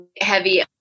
heavy